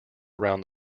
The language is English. around